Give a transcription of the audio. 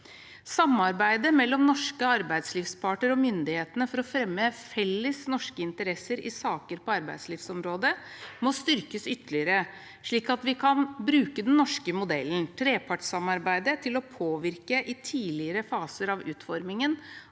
Samarbeidet mellom norske arbeidslivsparter og myndighetene for å fremme felles norske interesser i saker på arbeidslivsområdet må styrkes ytterligere, slik at vi kan bruke den norske modellen